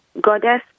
goddess